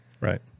Right